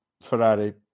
Ferrari